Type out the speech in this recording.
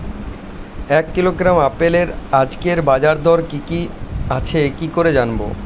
এক কিলোগ্রাম আপেলের আজকের বাজার দর কি কি আছে কি করে জানবো?